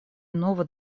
иного